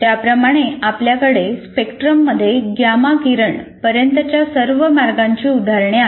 त्याप्रमाणे आपल्याकडे स्पेक्ट्रममध्ये गॅमा किरण पर्यंतच्या सर्व मार्गांची उदाहरणे आहेत